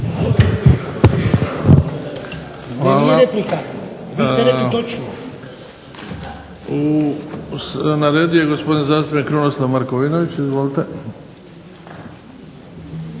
Na redu je gospodin zastupnik Krunoslav Markovinović. Izvolite.